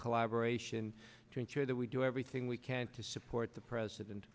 collaboration to ensure that we do everything we can to support the president